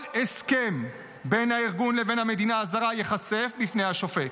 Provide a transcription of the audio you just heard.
כל הסכם בין הארגון ובין המדינה הזרה ייחשף בפני השופט.